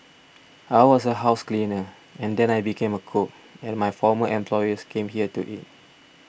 I was a house cleaner and then I became a cook and my former employers came here to eat